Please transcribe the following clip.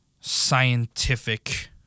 scientific